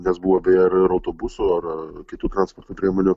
nes buvo beje ir ir autobusų ar ar kitų transporto priemonių